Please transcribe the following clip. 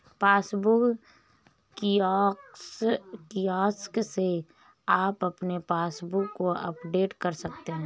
passbook kiosk से आप अपने पासबुक को अपडेट कर सकते हैं